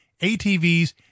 ATVs